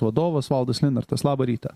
vadovas valdas linartas labą rytą